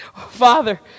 Father